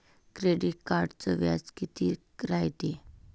Credit कार्डचं व्याज कितीक रायते?